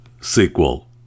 sequel